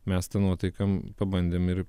mes tą nuotaiką pabandėm ir